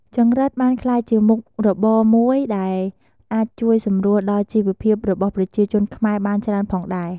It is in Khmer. ចង្រិតបានក្លាយជាមុខរបរមួយបែបដែលអាចជួយសម្រួលដល់ជីវភាពរបស់ប្រជាជនខ្មែរបានច្រើនផងដែរ។